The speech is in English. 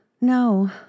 no